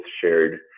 shared